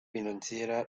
financiera